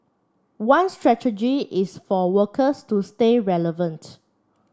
one strategy is for workers to stay relevant